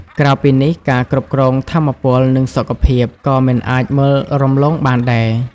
ក្រៅពីនេះ ការគ្រប់គ្រងថាមពល និងសុខភាព ក៏មិនអាចមើលរំលងបានដែរ។